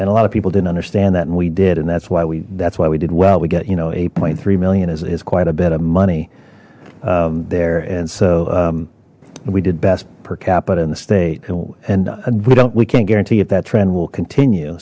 and a lot of people didn't understand that and we did and that's why we that's why we did well we get you know eight point three million is quite a bit of money there and so we did best per capita in the state and and we don't we can't guarantee if that trend will continue